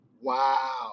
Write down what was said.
Wow